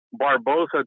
Barbosa